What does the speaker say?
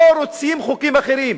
לא רוצים חוקים אחרים.